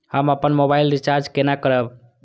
हम अपन mobile recharge केना करब?